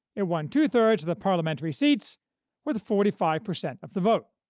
it won two-thirds of the parliamentary seats with forty five percent of the vote.